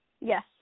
Yes